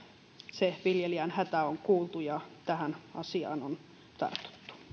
se viljelijän hätä on kuultu ja tähän asiaan on tartuttu